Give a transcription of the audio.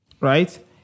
Right